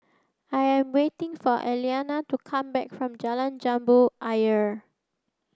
I am waiting for Eliana to come back from Jalan Jambu Ayer